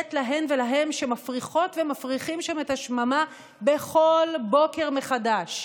לתת להם ולהן שמפריחות ומפריחים שם את השממה בכל בוקר מחדש.